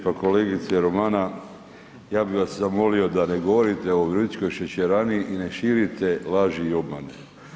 Pa kolegice Romana ja bih vas zamolio da ne govorite o virovitičkoj šećerani i ne širite laži i obmane.